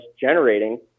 generating